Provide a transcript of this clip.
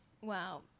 Wow